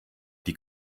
die